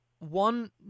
One